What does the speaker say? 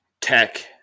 Tech